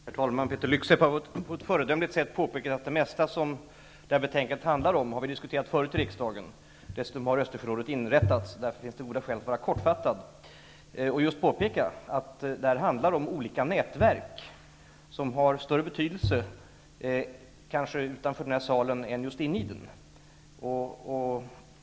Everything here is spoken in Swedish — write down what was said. Herr talman! Peeter Luksep har på ett föredömligt sätt påpekat att det mesta av det som betänkandet handlar om tidigare har diskuterats här i kammaren. Och eftersom Östersjörådet har inrättats finns det goda skäl att vara kortfattad. Det här handlar om olika nätverk som har större betydelse utanför den här salen än inne i den.